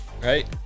right